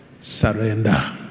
surrender